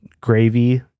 gravy